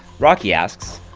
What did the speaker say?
rocky asks,